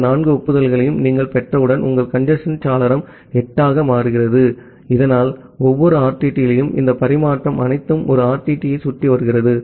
இந்த நான்கு ஒப்புதல்களையும் நீங்கள் பெற்றவுடன் உங்கள் கஞ்சேஸ்ன் சாளரம் 8 ஆகிறது இதனால் ஒவ்வொரு ஆர்டிடியிலும் இந்த பரிமாற்றம் அனைத்தும் ஒரு ஆர்டிடியைச் சுற்றி வருகிறது